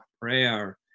prayer